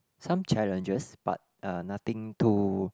some challenges but uh nothing too